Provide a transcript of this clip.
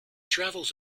travels